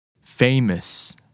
Famous